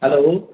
hello